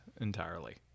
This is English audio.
entirely